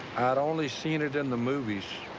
i'd only seen it in the movies.